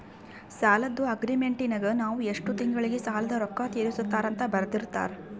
ಸಾಲದ್ದು ಅಗ್ರೀಮೆಂಟಿನಗ ನಾವು ಎಷ್ಟು ತಿಂಗಳಗ ಸಾಲದ ರೊಕ್ಕ ತೀರಿಸುತ್ತಾರ ಅಂತ ಬರೆರ್ದಿರುತ್ತಾರ